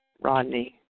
Rodney